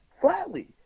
flatly